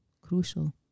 crucial